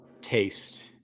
taste